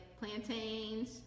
plantains